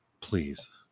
please